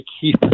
keep